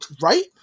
right